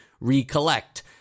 recollect